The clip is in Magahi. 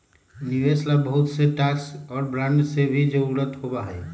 निवेश ला बहुत से स्टाक और बांड के भी जरूरत होबा हई